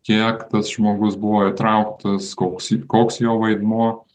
kiek tas žmogus buvo įtrauktas koks koks jo vaidmuo